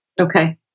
Okay